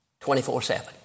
24-7